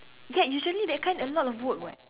ya usually that kind of a lot of work [what]